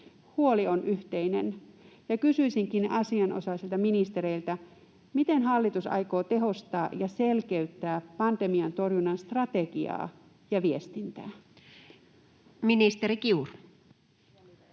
Huoli on yhteinen. Kysyisinkin asianosaisilta ministereiltä: miten hallitus aikoo tehostaa ja selkeyttää pandemian torjunnan strategiaa ja viestintää? [Speech 35]